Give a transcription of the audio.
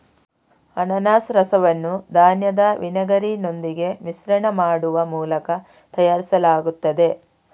ಅನಾನಸ್ ರಸವನ್ನು ಧಾನ್ಯದ ವಿನೆಗರಿನೊಂದಿಗೆ ಮಿಶ್ರಣ ಮಾಡುವ ಮೂಲಕ ತಯಾರಿಸಲಾಗುತ್ತದೆ